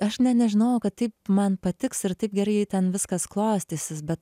aš net nežinojau kad taip man patiks ir taip gerai ten viskas klostysis bet